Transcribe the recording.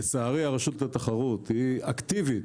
לצערי, רשות התחרות היא אקטיבית.